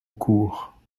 cours